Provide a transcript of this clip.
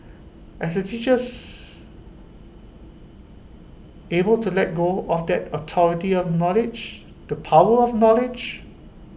as teachers able to let go of that authority of knowledge the power of knowledge